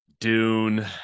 Dune